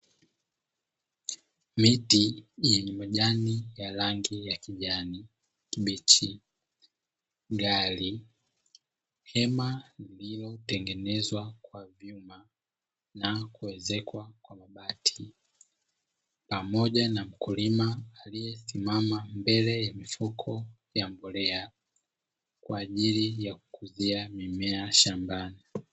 Miti yenye majani ya rangi ya kijani kibichi gari, hema lililotengenezwa kwa vyuma na kuezekwa kwa mabati pamoja na mkulima aliyesimama mbele ya mifuko ya mbolea kwa ajili ya kukuzia mimea shambani.